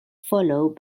followed